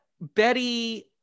Betty